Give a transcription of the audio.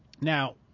Now